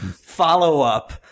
follow-up